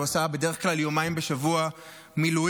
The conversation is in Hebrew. הוא עשה בדרך כלל יומיים בשבוע מילואים.